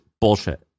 bullshit